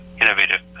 innovative